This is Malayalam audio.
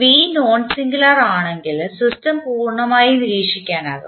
V നോൺ സിംഗുലാർ ആണെങ്കിൽ സിസ്റ്റം പൂർണ്ണമായും നിരീക്ഷിക്കാനാകും